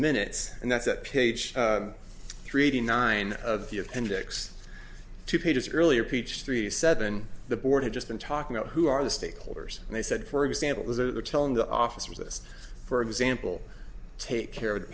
minutes and that's at page three eighty nine of the appendix two pages earlier peachtree seven the board had just been talking about who are the stakeholders and they said for example those are the telling the officers this for example take care of the